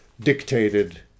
dictated